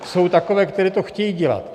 Jsou takové, které to chtějí dělat.